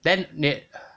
then 你